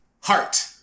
Heart